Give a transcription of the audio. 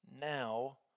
now